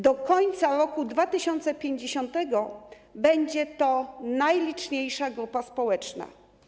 Do końca roku 2050 będzie to najliczniejsza grupa społeczna.